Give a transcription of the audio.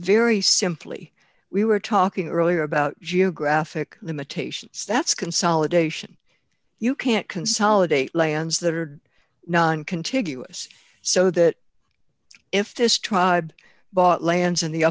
very simply we were talking earlier about geographic limitations that's consolidation you can't consolidate lands that are non contiguous so that if this tribe bought lands in the